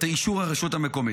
את אישור הרשות המקומית.